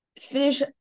finish